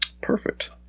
Perfect